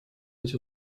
эти